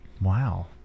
Wow